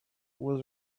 was